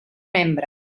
membre